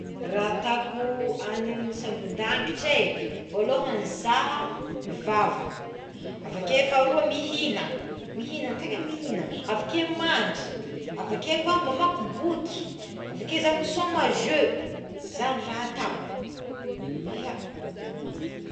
Raha ataoko any amign'ny sambondangitra é voalohagny za mivavaka avakeo faharoa mihigna tegna mihigna mihigna avakeo mandry avakeo koa mamaky boky avakeo za misaoma jeu zagny raha ataoko ia.